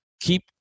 keep